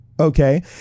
okay